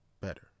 better